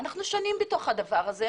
אנחנו שנים בתוך הדבר הזה,